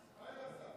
מה היא רצתה?